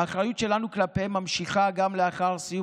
האחריות שלנו כלפיהם נמשכת גם לאחר סיום